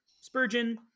Spurgeon